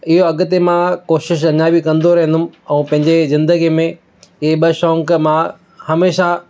इहो अॻिते मां कोशिशि अञा बि कंदो रहंदुमि ऐं पंहिंजी ज़िन्दगीअ में हीउ ॿ शौंक़ मां हमेशा